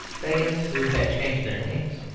fagins who had changed their names.